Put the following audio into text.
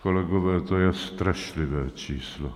Kolegové, to je strašlivé číslo.